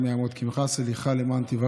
הרי צריך לדעת שבנט,